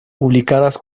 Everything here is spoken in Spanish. publicadas